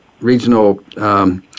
regional